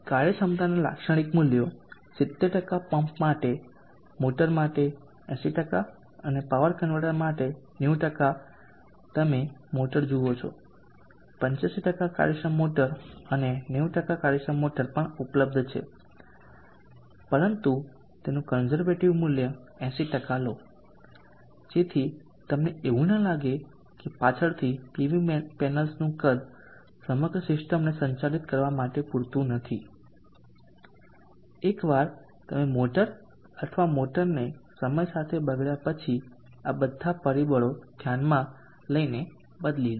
કાર્યક્ષમતાના લાક્ષણિક મૂલ્યો 70 પંપ માટે મોટર માટે 80 પાવર કન્વર્ટર 90 માટે તમે મોટર જુઓ છો 85 કાર્યક્ષમ મોટર અને 90 કાર્યક્ષમ મોટર પણ ઉપલબ્ધ છે પરંતુ તેનું કોન્ઝરવેટીવ મૂલ્ય 80 લો જેથી તમને એવું ન લાગે કે પાછળથી પીવી પેનલ્સનું કદ સમગ્ર સિસ્ટમને સંચાલિત કરવા માટે પૂરતું નથી એકવાર તમે મોટર અથવા મોટરને સમય સાથે બગડ્યા પછી આ બધા પરિબળો ધ્યાનમાં લઈને બદલી લો